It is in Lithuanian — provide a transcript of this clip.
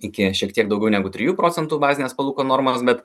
iki šiek tiek daugiau negu trijų procentų bazinės palūkanų normos bet